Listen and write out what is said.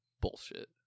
bullshit